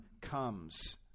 comes